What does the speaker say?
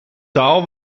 taal